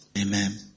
Amen